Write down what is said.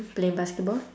play basketball